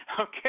Okay